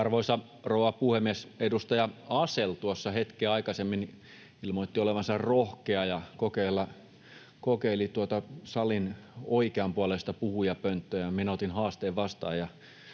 Arvoisa rouva puhemies! Edustaja Asell tuossa hetkeä aikaisemmin ilmoitti olevansa rohkea ja kokeili tuota salin oikeanpuoleista puhujapönttöä, ja minä otin haasteen vastaan